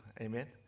Amen